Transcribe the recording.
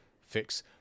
fix